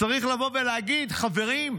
צריך לבוא ולהגיד, חברים,